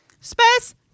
Space